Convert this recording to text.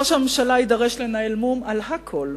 ראש הממשלה יידרש לנהל משא-ומתן על הכול,